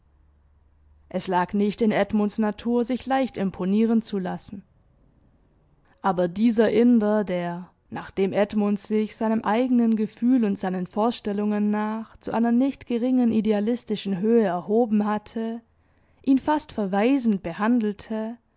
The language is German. es lag nicht in edmunds natur sich leicht imponieren zu lassen aber dieser inder der nachdem edmund sich seinem eigenen gefühl und seinen vorstellungen nach zu einer nicht geringen idealistischen höhe erhoben hatte ihn fast verweisend behandelte